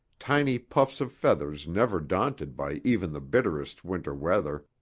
tiny puffs of feathers never daunted by even the bitterest winter weather,